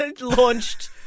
launched